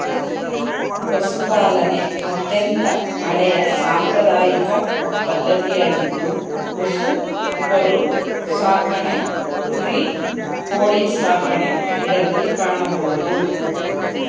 ಪಶುಪಾಲನೆ ಅತ್ಯಂತ ಹಳೆಯ ಸಾಂಪ್ರದಾಯಿಕ ಪದ್ಧತಿಯಾಗಿದ್ದು ಹಸು ಕರು ಸಾಕಣೆ ಕುರಿ, ಕೋಳಿ ಸಾಕಣೆ ಇದರಲ್ಲಿ ಕಾಣಬೋದು